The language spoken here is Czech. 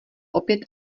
opět